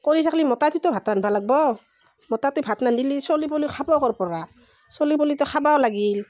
কৰি থাকলি মতাটোই ত' ভাত ৰান্ধবা লাগব' মতাটোই ভাত নান্ধিলি চলি পলি খাব ক'ৰ পৰা চলি পলিটো খাবাও লাগিল